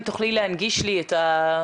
אם תוכלי להנגיש לי גם את הדוח,